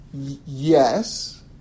Yes